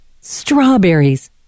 Strawberries